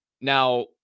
Now